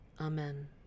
Amen